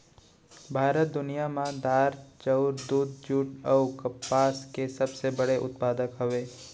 भारत दुनिया मा दार, चाउर, दूध, जुट अऊ कपास के सबसे बड़े उत्पादक हवे